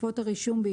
תקנה 54 אושרה פה-אחד.